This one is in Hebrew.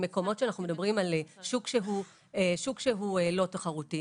בשוק לא תחרותי,